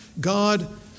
God